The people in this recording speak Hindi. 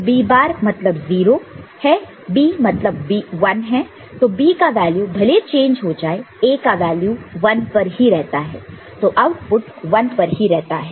तो B बार मतलब 0 है B मतलब 1 है तो B का वैल्यू भले चेंज हो जाए A का वैल्यू 1 पर ही रहता है तो आउटपुट Y 1 पर ही रहता है